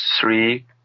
three